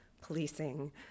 policing